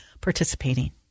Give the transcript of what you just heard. participating